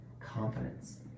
confidence